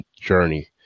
journey